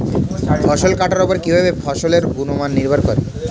ফসল কাটার উপর কিভাবে ফসলের গুণমান নির্ভর করে?